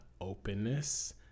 openness